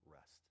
rest